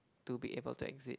to be able to exit